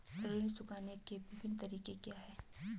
ऋण चुकाने के विभिन्न तरीके क्या हैं?